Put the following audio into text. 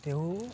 તેઓ